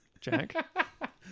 Jack